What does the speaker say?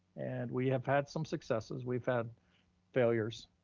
and we have had some successes, we've had failures.